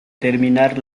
terminar